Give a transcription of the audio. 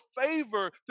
favor